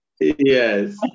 Yes